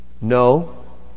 No